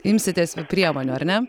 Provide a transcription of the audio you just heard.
imsitės priemonių ar ne